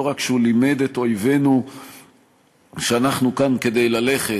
לא רק שהוא לימד את אויבינו שאנחנו כאן כדי ללכת,